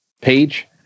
page